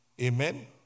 Amen